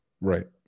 Right